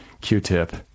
Q-tip